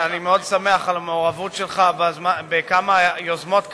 אני מאוד שמח על המעורבות שלך בכמה יוזמות כאלה,